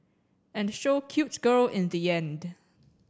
and show cute girl in the end